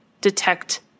detect